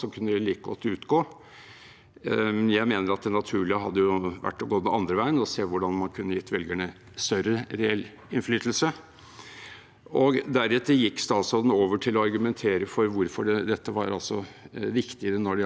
Deretter gikk statsråden over til å argumentere for hvorfor dette altså var viktigere når det gjaldt lokalpoli tikken. Der har jeg det å legge til, at der har man begrenset velgernes muligheter til å